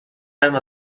home